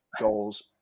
goals